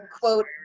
quote